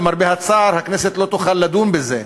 למרבה הצער, הכנסת לא תוכל לדון בזה.